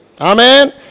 Amen